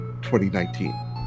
2019